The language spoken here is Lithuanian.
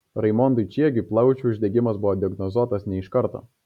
raimondui čiegiui plaučių uždegimas buvo diagnozuotas ne iš karto